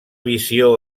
visió